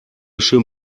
schön